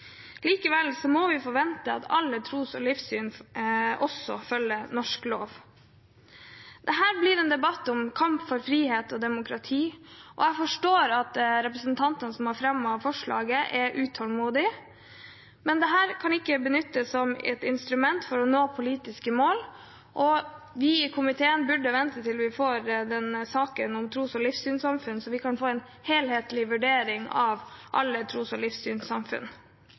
må vi forvente at alle tros- og livssynssamfunn også følger norsk lov. Dette blir en debatt om kamp for frihet og demokrati, og jeg forstår at representantene som har fremmet forslaget, er utålmodige, men dette kan ikke benyttes som et instrument for å nå politiske mål. Vi i komiteen bør vente til vi får saken om tros- og livssynssamfunn, så vi kan få en helhetlig vurdering av alle tros- og livssynssamfunn.